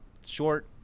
Short